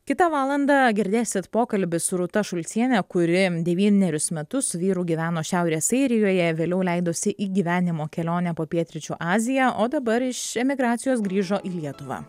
kitą valandą girdėsit pokalbį su rūta šulciene kuri devynerius metus su vyru gyveno šiaurės airijoje vėliau leidosi į gyvenimo kelionę po pietryčių aziją o dabar iš emigracijos grįžo į lietuvą